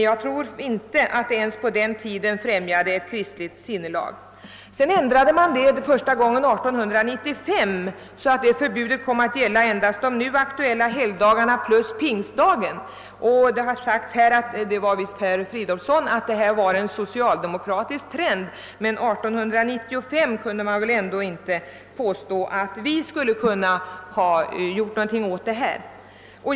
Jag tror inte att det ens på den tiden främjade ett kristligt sinnelag. Sedan ändrade man lagen, första gången 1895, så att förbudet kom att gälla de nu aktuella helgdagarna plus pingstdagen. Herr Fridolfsson sade att detta var en socialdemokratisk trend. Men man kan väl ändå inte påstå att vi kunde ha gjort någonting åt detta 1895.